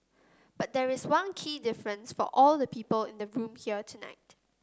but there is one key difference for all the people in the room here tonight